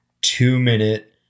two-minute